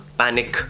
panic